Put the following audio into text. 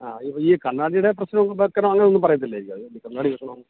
ആ ഈ ഈ കണ്ണാടിയുടെ പ്രശ്നം ഒന്നും വെക്കണം അങ്ങനെ ഒന്നും പറയത്തില്ലായിരിക്കും അതിനുവേണ്ടി കണ്ണാടി വെക്കണം